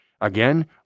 Again